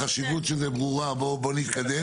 החשיבות של זה ברורה, בוא נתקדם.